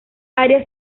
áreas